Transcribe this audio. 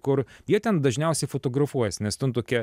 kur jie ten dažniausiai fotografuojasi nes ten tokia